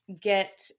get